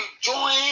join